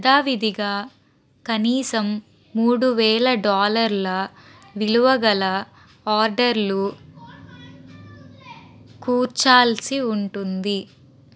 యథావిధిగా కనీసం మూడు వేల డాలర్ల విలువగల ఆర్డర్లు కూర్చాల్సి ఉంటుంది